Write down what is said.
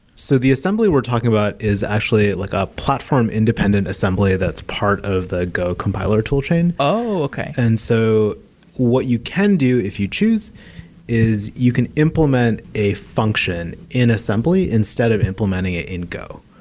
so the assembly we're talking about is actually like a platform independent assembly that's part of the go compiler tool chain. oh, okay and so what you can do if you chose is you can implement a function in assembly instead of implementing it in go.